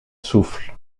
souffle